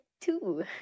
two